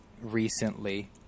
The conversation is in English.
recently